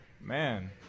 Man